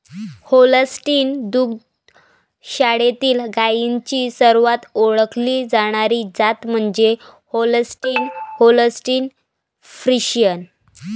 Holstein दुग्ध शाळेतील गायींची सर्वात ओळखली जाणारी जात म्हणजे होल्स्टीन होल्स्टीन फ्रिशियन